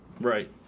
Right